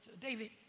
David